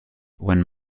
when